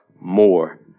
more